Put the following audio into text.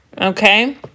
okay